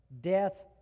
death